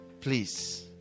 please